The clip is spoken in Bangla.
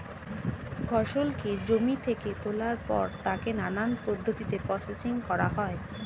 ফসলকে জমি থেকে তোলার পর তাকে নানান পদ্ধতিতে প্রসেসিং করা হয়